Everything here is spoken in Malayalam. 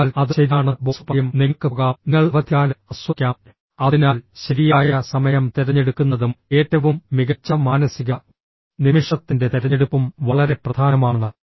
അതിനാൽ അത് ശരിയാണെന്ന് ബോസ് പറയും നിങ്ങൾക്ക് പോകാം നിങ്ങൾ അവധിക്കാലം ആസ്വദിക്കാം അതിനാൽ ശരിയായ സമയം തിരഞ്ഞെടുക്കുന്നതും ഏറ്റവും മികച്ച മാനസിക നിമിഷത്തിന്റെ തിരഞ്ഞെടുപ്പും വളരെ പ്രധാനമാണ്